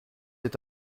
est